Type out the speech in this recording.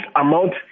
amount